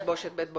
בית בושת בית בושת.